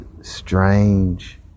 strange